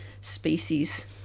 species